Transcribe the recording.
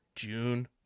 June